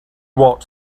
walked